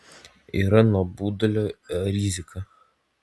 yra nuobodulio rizika